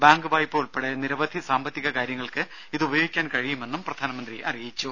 bank വായ്പ ഉൾപ്പെടെ നിരവധി സാമ്പത്തിക കാര്യങ്ങൾക്ക് ഇത് ഉപയോഗിക്കാൻ കഴിയുമെന്നും പ്രധാനമന്ത്രി അറിയിച്ചു